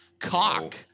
cock